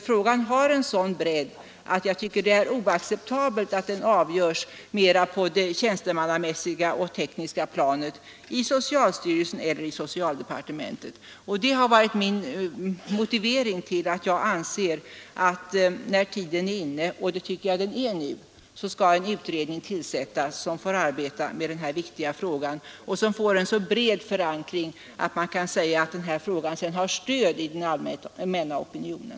Frågan har en sådan bredd att det är oacceptabelt att den avgörs mera på det tjänstemannamässiga och tekniska planet i socialstyrelsen eller socialdepartementet. Det har varit min motivering till att jag anser att när tiden är inne — det tycker jag den är nu — så skall en utredning tillsättas med uppgift att arbeta med denna viktiga fråga. Utredningen bör få en så bred förankring att man sedan kan säga att resultatet har stöd i den allmänna opinionen.